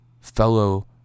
fellow